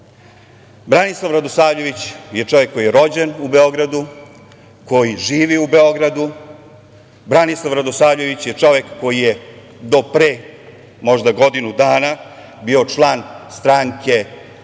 čovek? Branislav Radosavljević je čovek koji je rođen u Beogradu, koji živi u Beogradu, Branislav Radosavljević je čovek koji je do pre možda godinu dana bio član stranke Vuka